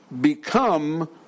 become